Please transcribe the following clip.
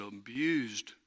abused